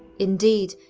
indeed,